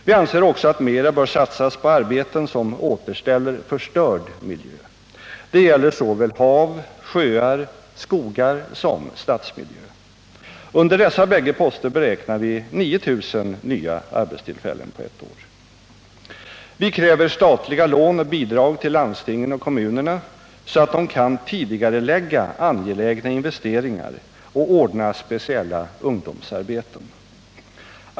Vi anser också att mera bör satsas på arbeten som återställer förstörd miljö. Det gäller såväl hav, sjöar och skogar som stadsmiljö. Under bägge dessa poster beräknar vi 9000 nya arbetstillfällen. Vi kräver statliga lån och bidrag till landstingen och kommunerna, så att de kan tidigarelägga angelägna investeringar och anordna speciella ungdomsarbeten.